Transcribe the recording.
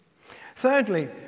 Thirdly